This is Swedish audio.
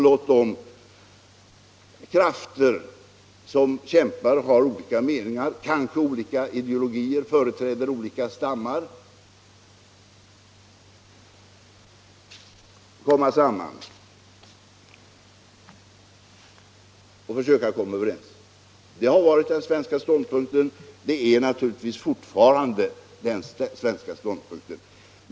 Låt de krafter som kämpar och har olika meningar, kanske olika ideologier, och som företräder olika stammar, komma samman och försöka komma överens! Det har varit —- och är naturligtvis fortfarande — den svenska ståndpunkten.